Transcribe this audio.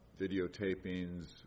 videotapings